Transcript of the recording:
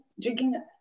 drinking